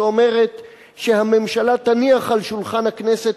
שאומרת ש"הממשלה תניח על שולחן הכנסת